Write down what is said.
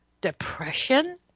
depression